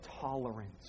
tolerance